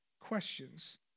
questions